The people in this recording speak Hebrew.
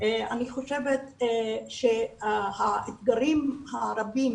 אני חושבת שהאתגרים הרבים,